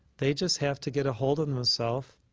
they just have to get a hold of themselves